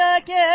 again